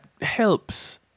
helps